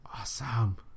Awesome